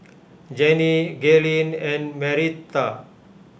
Jannie Gaylene and Marietta